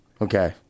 okay